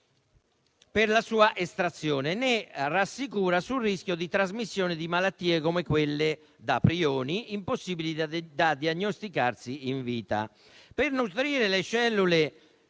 per la sua estrazione, né rassicura sul rischio di trasmissione di malattie come quelle da prioni, impossibili da diagnosticarsi in vita.